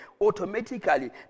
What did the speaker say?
automatically